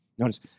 Notice